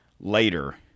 later